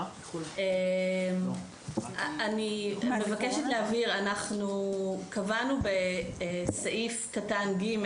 אני מבקשת להבהיר, אנחנו קבענו בסעיף קטן (ג)